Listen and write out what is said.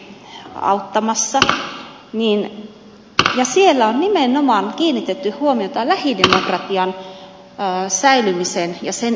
siellä on nimenomaan kiinnitetty huomiota lähidemokratian säilymiseen ja sen edistämiseen